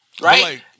Right